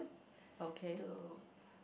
to